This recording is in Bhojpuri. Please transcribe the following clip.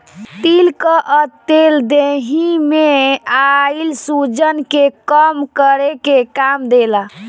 तिल कअ तेल देहि में आइल सुजन के कम करे में काम देला